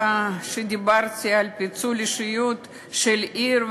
דיברתי על פיצול אישיות של עיר,